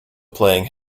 playing